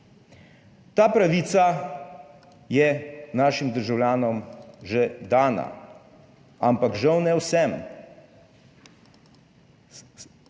Ta pravica je našim državljanom že dana, ampak žal ne vsem.